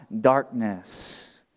darkness